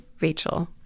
Rachel